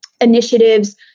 initiatives